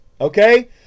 okay